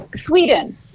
Sweden